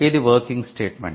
ఇది working statement